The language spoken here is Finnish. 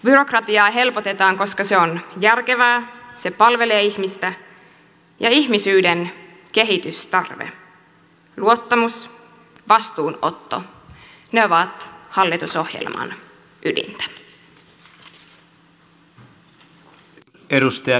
byrokratiaa helpotetaan koska se on järkevää se palvelee ihmistä ja ihmisyyden kehitystarve luottamus vastuun otto ovat hallitusohjelman ydintä